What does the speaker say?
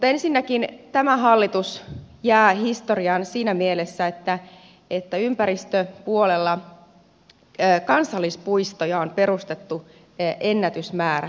ensinnäkin tämä hallitus jää historiaan siinä mielessä että ympäristöpuolella kansallispuistoja on perustettu ennätysmäärä